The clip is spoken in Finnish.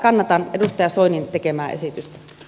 kannatan edustaja soinin tekemää esitystä